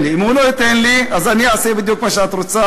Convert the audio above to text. היושב-ראש,